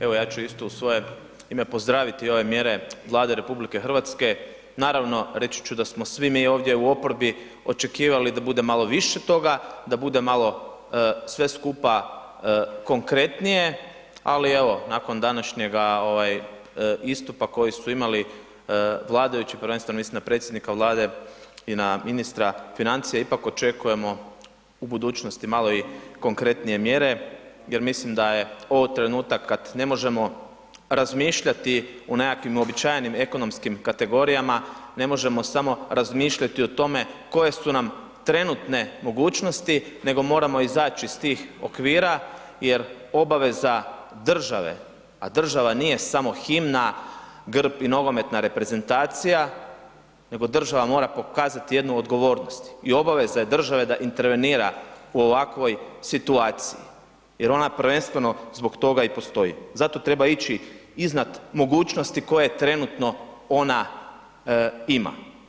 Evo ja ću isto u svoje ime pozdraviti ove mjere Vlade RH, naravno reći ću da smo svi mi ovdje u oporbi očekivali da bude malo više toga, da bude malo sve skupa konkretnije ali evo nakon današnjega istupa koji su imali vladajući, prvenstveno mislim na predsjednika Vlade i na ministra financija, ipak očekujemo u budućnosti malo i konkretnije mjere jer mislim da je ovo trenutak kad ne možemo razmišljati o nekakvom uobičajenim ekonomskim kategorijama, ne možemo samo razmišljati o tome koje su nam trenutne mogućnosti nego moramo izaći iz tih okvira jer obaveza države a država nije samo himna, grb i nogometna reprezentacija nego država mora pokazati jednu odgovornost i obaveza je države da intervenira u ovakvoj situacija jer ona prvenstveno zbog toga i postoji, zato treba ići iznad mogućnosti koje trenutno ona ima.